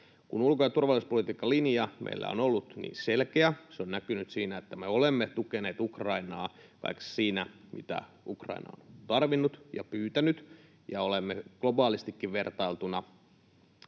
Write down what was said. Kun ulko‑ ja turvallisuuspolitiikan linja meillä on ollut niin selkeä — se on näkynyt siinä, että me olemme tukeneet Ukrainaa kaikessa siinä, mitä Ukraina on tarvinnut ja pyytänyt, ja olemme globaalistikin vertailtuna